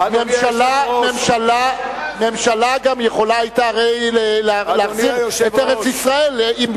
ממשלה גם יכולה הרי להחזיר את ארץ-ישראל.